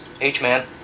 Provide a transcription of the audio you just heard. H-man